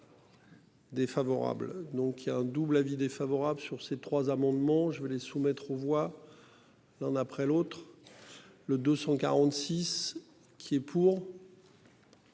Défavorable. Donc il y a un double avis défavorable sur ces trois amendements je vais soumettre aux voix. L'un après l'autre. Le 246 qui est pour.